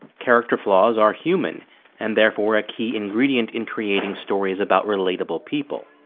character flaws are human and therefore a key ingredient in creating stories about relatable people.